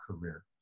career